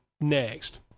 next